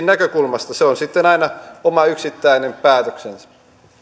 näkökulmasta se on sitten aina oma yksittäinen päätöksensä